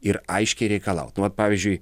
ir aiškiai reikalaut nu vat pavyzdžiui